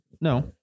No